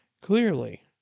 clearly